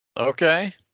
Okay